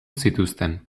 zituzten